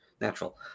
natural